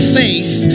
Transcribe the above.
faith